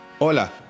Hola